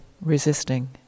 resisting